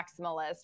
maximalist